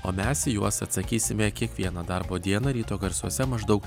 o mes į juos atsakysime kiekvieną darbo dieną ryto garsuose maždaug